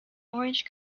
orange